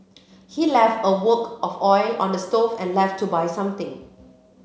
he left a wok of oil on the stove and left to buy something